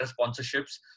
sponsorships